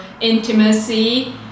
intimacy